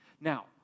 Now